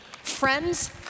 Friends